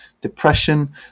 depression